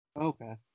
Okay